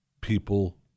people